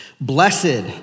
Blessed